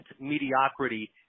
mediocrity